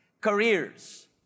careers